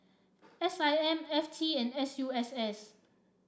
S I M F T and S U S S